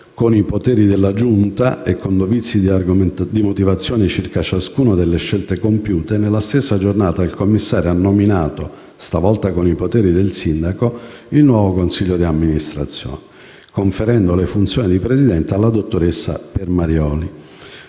con i poteri della Giunta e con dovizia di motivazioni circa ciascuna delle scelte compiute, nella stessa giornata il commissario ha nominato - stavolta con i poteri del sindaco - il nuovo consiglio di amministrazione, conferendo le funzioni di presidente alla dottoressa Piermarioli.